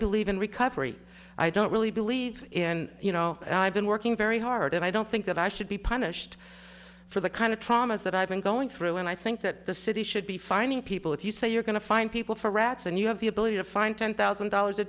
believe in recovery i don't really believe in you know i've been working very hard and i don't think that i should be punished for the kind of traumas that i've been going through and i think that the city should be fining people if you say you're going to find people for rats and you have the ability to find ten thousand dollars a